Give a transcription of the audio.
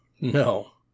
No